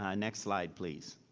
ah next slide, please.